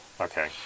Okay